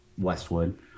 Westwood